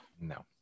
no